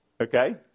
Okay